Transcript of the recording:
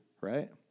right